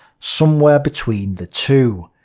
somewhere between the two.